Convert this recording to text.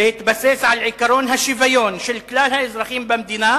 בהתבסס על עקרון השוויון של כלל האזרחים במדינה,